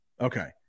Okay